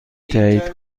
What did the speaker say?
تایید